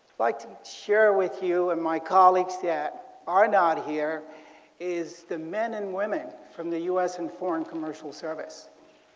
like to share with you and my colleagues that are not here is the men and women from the u s. and foreign commercial service.